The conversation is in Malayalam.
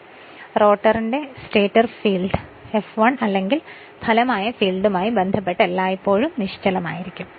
നമ്മൾ അത് രേഖാചിത്രത്തിൽ വരച്ചിട്ടുണ്ട് റോട്ടറിന്റെ സ്റ്റേറ്റർ ഫീൽഡ് F1 അല്ലെങ്കിൽ ഫലമായ ഫീൽഡുമായി ബന്ധപ്പെട്ട് എല്ലായ്പ്പോഴും നിശ്ചലമായിരിക്കും